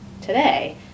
today